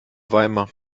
weimar